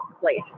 place